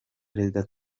perezida